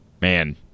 man